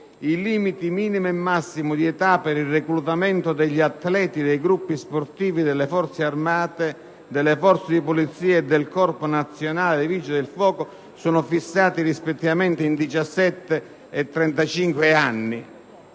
i limiti minimo e massimo di età per il reclutamento degli atleti dei gruppi sportivi delle Forze armate, delle Forze di polizia e del Corpo nazionale dei vigili del fuoco sono fissati, rispettivamente, in diciassette